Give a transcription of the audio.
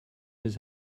his